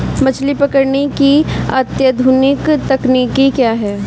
मछली पकड़ने की अत्याधुनिक तकनीकी क्या है?